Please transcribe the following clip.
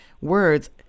words